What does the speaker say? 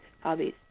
hobbies